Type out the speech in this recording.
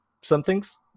something's